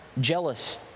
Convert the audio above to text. jealous